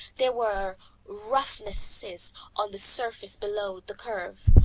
there were roughnesses on the surface below the curve,